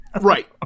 Right